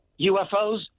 ufos